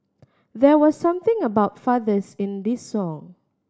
there was something about fathers in this song